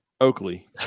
oakley